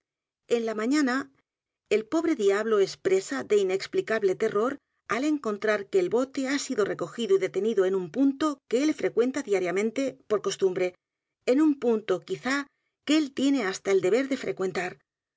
en la mañana el pobre diablo es presa de inexplicable terror al encontrar que el bote ha edgar poe novelas y cuentos sido recogido y detenido en un punto que él frecuenta diariamente por costumbre en un p u n t o quizá que él tiene hasta el deber de frecuentar